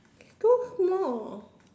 so small